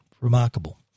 Remarkable